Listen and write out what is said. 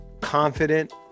confident